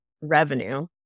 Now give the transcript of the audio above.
revenue